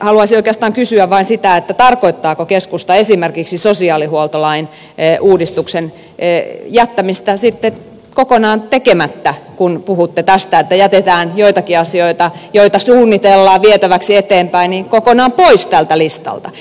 haluaisin oikeastaan kysyä vain sitä tarkoittaako keskusta esimerkiksi sosiaalihuoltolain uudistuksen jättämistä sitten kokonaan tekemättä kun puhutte tästä että jätetään joitakin asioita joita suunnitellaan vietäväksi eteenpäin kokonaan pois tältä listalta